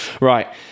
Right